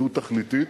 דו-תכליתית,